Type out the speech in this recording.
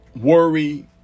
Worry